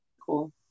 cool